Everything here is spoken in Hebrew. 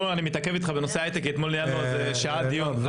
אני מתעכב איתך בנושא ההייטק כי אתמול ניהלנו על זה שעה דיון.